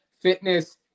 fitness